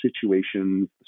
situations